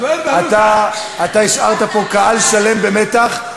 אתה השארת פה קהל שלם במתח,